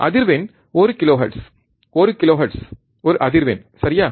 அதிர்வெண் ஒரு கிலோஹெர்ட்ஸ் ஒரு கிலோஹெர்ட்ஸ் ஒரு அதிர்வெண் சரியா